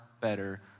better